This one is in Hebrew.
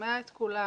שומע את כולם,